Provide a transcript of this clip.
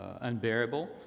unbearable